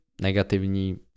negativní